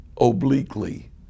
obliquely